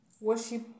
worship